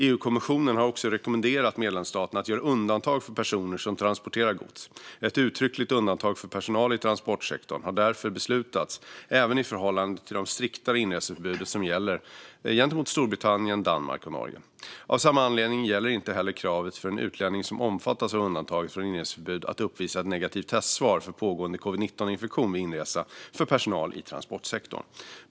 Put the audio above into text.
EU-kommissionen har också rekommenderat medlemsstaterna att göra undantag för personer som transporterar gods. Ett uttryckligt undantag för personal i transportsektorn har därför beslutats även i förhållande till de striktare inreseförbud som gäller gentemot Storbritannien, Danmark och Norge. Av samma anledning gäller inte heller kravet för en utlänning som omfattas av undantaget från inreseförbud att uppvisa ett negativt testsvar för pågående covid-19-infektion vid inresa för personal i transportsektorn.